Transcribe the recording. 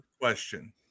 question